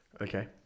Okay